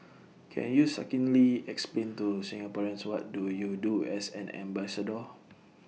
can you succinctly explain to Singaporeans what do you do as an ambassador